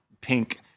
pink